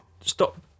stop